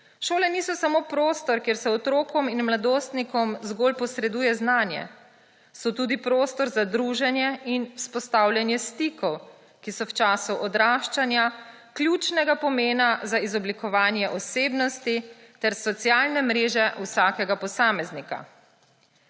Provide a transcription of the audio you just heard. Šole niso samo prostor, kjer se otrokom in mladostnikom zgolj posreduje znanje, so tudi prostor za druženje in vzpostavljanje stikov, ki so v času odraščanja ključnega pomena za izoblikovanje osebnosti ter socialne mreže vsakega posameznika.